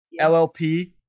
LLP